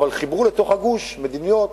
אבל חיברו לתוך הגוש מדינות